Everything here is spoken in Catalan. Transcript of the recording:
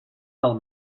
del